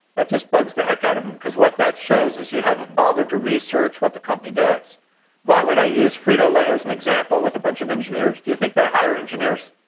that just bugs the heck out of them because what that shows is you haven't bothered to research what the company does why would i use frito-lay as an example with a bunch of engineers. do you think they hire engineers?